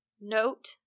note